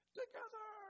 together